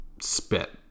spit